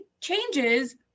changes